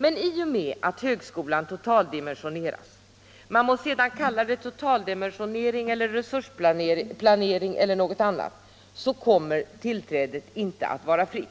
Men i och med att högskolan totaldimensioneras — man må sedan kalla det totaldimensionering, resursplanering eller något annat — kommer tillträdet inte att vara fritt.